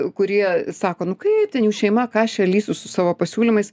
kurie sako nu kaip ten jų šeima ką aš čia lysiu su savo pasiūlymais